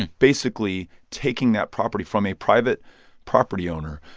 and basically taking that property from a private property owner,